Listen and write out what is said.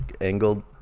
angled